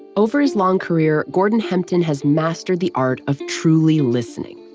over his long career, gordon hempton has mastered the art of truly listening.